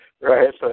right